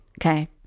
Okay